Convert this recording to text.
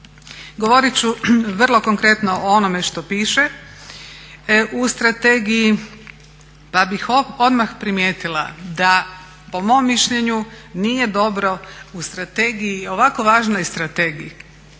Govorit ću vrlo konkretno o onome što piše u strategiji, pa bih odmah primijetila da po mom mišljenju nije dobro u strategiji, ovako važnoj strategiji.